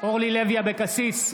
אורלי לוי אבקסיס,